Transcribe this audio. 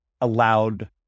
allowed